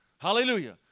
hallelujah